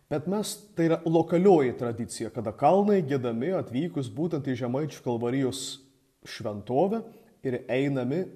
bet mes tai yra lokalioji tradicija kada kalnai giedami atvykus būtent į žemaičių kalvarijos šventovę ir einami